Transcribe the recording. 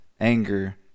anger